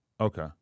Okay